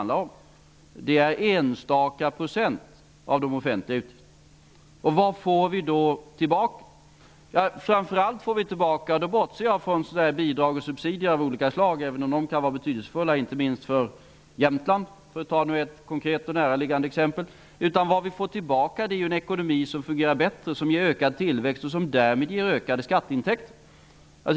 Det är enstaka procent av de offentliga utgifterna. Vad får vi då tillbaka? Framför allt får vi tillbaka en ekonomi som fungerar bättre, som ger ökad tillväxt och som därmed ger ökade skatteintäkter. Då bortser jag från bidrag och subsidier av olika slag, även om de kan vara betydelsefulla inte minst för Jämtland, för att ta ett konkret och näraliggande exempel.